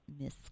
Miss